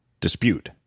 Dispute